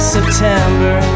September